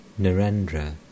Narendra